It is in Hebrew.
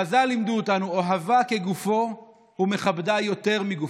חז"ל לימדו אותנו: "אוהבה כגופו ומכבדה יותר מגופו".